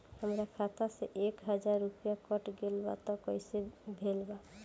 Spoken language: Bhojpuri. हमार खाता से एक हजार रुपया कट गेल बा त कइसे भेल बा?